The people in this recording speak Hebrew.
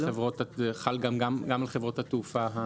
זה חל גם על חברות התעופה הזרות?